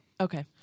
Okay